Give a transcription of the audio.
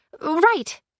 right